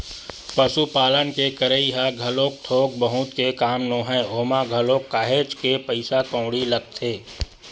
पसुपालन के करई ह घलोक थोक बहुत के काम नोहय ओमा घलोक काहेच के पइसा कउड़ी लगथे